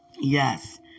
Yes